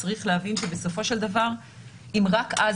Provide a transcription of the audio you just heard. צריך להבין שבסופו של דבר אם רק אז